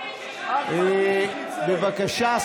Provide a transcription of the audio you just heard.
בבקשה,